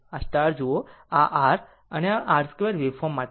જો આ જુઓ કે આ એક r આ એક r2 વેવફોર્મ માટે છે